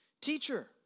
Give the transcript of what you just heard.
Teacher